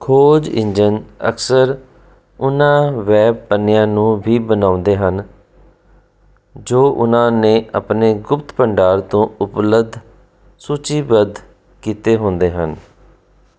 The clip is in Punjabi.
ਖੋਜ ਇੰਜਣ ਅਕਸਰ ਉਹਨਾਂ ਵੈਬ ਪੰਨਿਆਂ ਨੂੰ ਵੀ ਬਣਾਉਂਦੇ ਹਨ ਜੋ ਉਹਨਾਂ ਨੇ ਆਪਣੇ ਗੁਪਤ ਭੰਡਾਰ ਤੋਂ ਉਪਲੱਬਧ ਸੂਚੀਬੱਧ ਕੀਤੇ ਹੁੰਦੇ ਹਨ